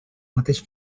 mateix